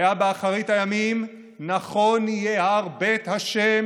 "והיה באחרית הימים נכון יהיה הר בית ה'